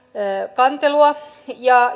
kantelua ja